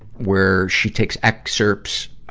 where she takes excerpts, ah,